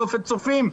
נופת צופים.